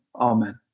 Amen